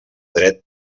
dret